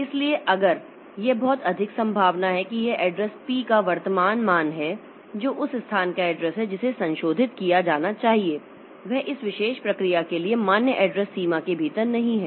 इसलिए अगर यह बहुत अधिक संभावना है कि यह एड्रेस p का वर्तमान मान है जो उस स्थान का एड्रेस है जिसे संशोधित किया जाना चाहिए वह इस विशेष प्रक्रिया के लिए मान्य एड्रेस सीमा के भीतर नहीं है